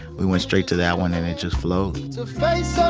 we went straight to that one, and it just flowed so face